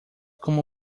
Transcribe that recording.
como